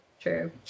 true